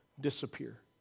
disappear